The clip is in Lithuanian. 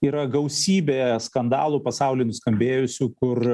yra gausybė skandalų pasauly nuskambėjusių kur